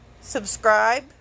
subscribe